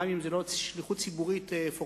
גם אם זו לא שליחות ציבורית פורמלית,